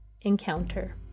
Encounter